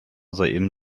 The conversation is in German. soeben